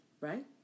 right